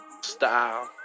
Style